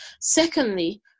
Secondly